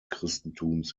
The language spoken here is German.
christentums